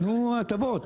תנו הטבות.